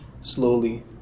slowly